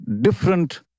different